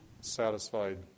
satisfied